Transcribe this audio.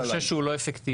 אתה חושב שהוא לא אפקטיבי.